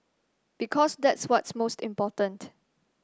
because that's what's most important